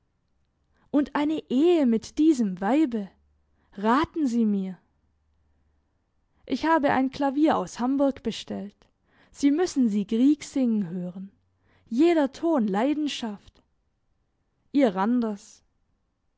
und eine ehe mit diesem weibe raten sie mir ich habe ein klavier aus hamburg bestellt sie müssen sie grieg singen hören jeder ton leidenschaft ihr randers